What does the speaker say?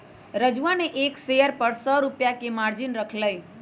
राजूवा ने एक शेयर पर सौ रुपया के मार्जिन रख लय